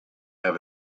have